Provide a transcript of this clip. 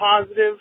positive